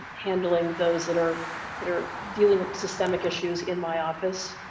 handling those that are that are dealing with systemic issues in my office.